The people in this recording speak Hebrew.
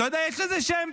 אתה יודע, יש לזה שם.